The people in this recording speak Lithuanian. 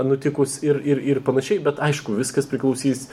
nutikus ir ir ir panašiai bet aišku viskas priklausys